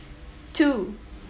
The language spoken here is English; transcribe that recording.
two